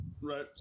Right